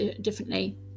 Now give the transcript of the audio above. differently